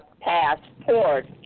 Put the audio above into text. passport